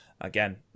again